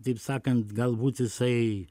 taip sakant galbūt jisai